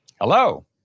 Hello